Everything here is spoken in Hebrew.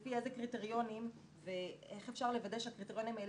לפי אילו קריטריונים ואיך אפשר לוודא שהקריטריונים האלה